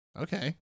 Okay